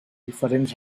diferents